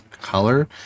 color